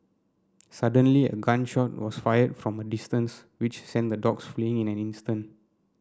suddenly a gun shot was fired from a distance which sent the dogs fleeing in an instant